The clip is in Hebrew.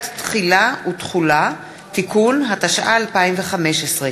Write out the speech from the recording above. התשע"ה 2015,